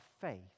faith